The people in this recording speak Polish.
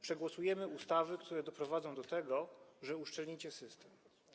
Przegłosujemy ustawy, które doprowadzą do tego, że uszczelnicie system.